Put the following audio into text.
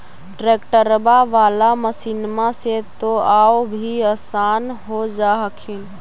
ट्रैक्टरबा बाला मसिन्मा से तो औ भी आसन हो जा हखिन?